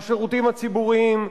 השירותים הציבוריים.